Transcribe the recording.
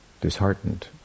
disheartened